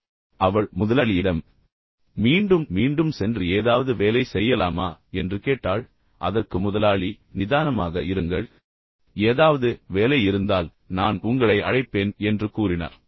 எனவே அவள் முதலாளியிடம் மீண்டும் மீண்டும் சென்று ஏதாவது வேலை செய்யலாமா என்று கேட்டாள் அதற்கு முதலாளி நிதானமாக இருங்கள் எந்த பிரச்சனையும் இல்லை எனவே ஏதாவது வேலை இருந்தால் நான் உங்களை அழைப்பேன் என்று கூறினார்